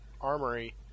armory